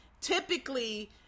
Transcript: typically